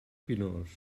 pinós